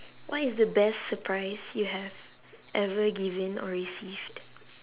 what is the best surprise you have ever given or received